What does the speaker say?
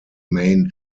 main